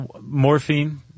morphine